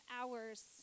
hours